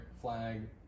flag